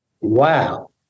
Wow